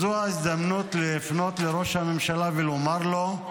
זו ההזדמנות לפנות לראש הממשלה ולומר לו: